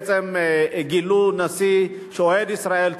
בעצם גילו נשיא שהוא אוהד ישראל,